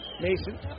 Mason